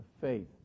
faith